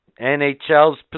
NHL's